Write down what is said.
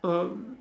um